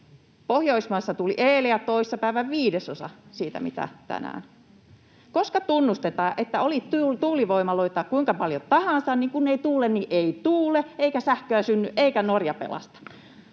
Pohjoismaissa tuuli eilen ja toissa päivänä viidesosan siitä, mitä tänään. Milloin tunnustetaan, että oli tuulivoimaloita kuinka paljon tahansa, niin kun ei tuule, niin ei tuule, eikä sähköä synny eikä Norja pelasta?